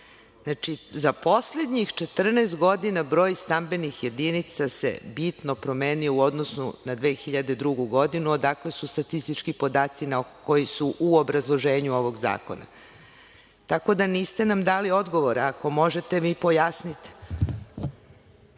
Znači, za poslednjih 14 godina broj stambenih jedinica se bitno promenio u odnosu na 2002. godinu, odakle su statistički podaci koji su u obrazloženju ovog zakona, tako da niste nam dali odgovor. Ako možete, vi pojasnite.